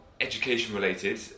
education-related